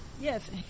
yes